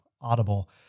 Audible